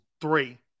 three